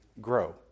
grow